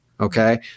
Okay